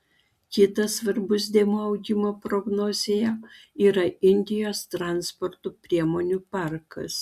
kitas svarbus dėmuo augimo prognozėje yra indijos transporto priemonių parkas